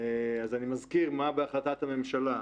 אני מזכיר מה בהחלטת הממשלה,